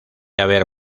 haber